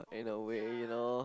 in a way you know